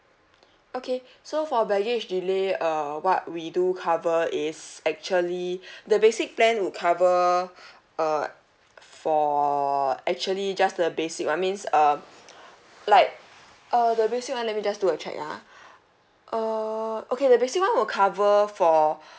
okay so for baggage delay uh what we do cover is actually the basic plan would cover uh for actually just the basic one means um like uh the basic one let me just do a check ah err okay the basic one will cover for